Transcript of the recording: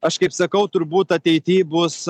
aš kaip sakau turbūt ateity bus